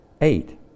eight